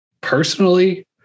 personally